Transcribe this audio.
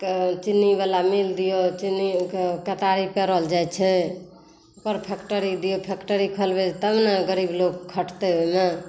तऽ चीनीवला मिल दिऔ चीनीके केतारी पेरल जाइ छै ओकर फैक्टरी दिऔ फैक्टरी खोलबै तबने गरीब लोक खटतै ओहिमे